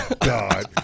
God